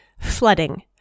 Flooding